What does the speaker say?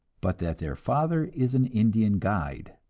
but that their father is an indian guide.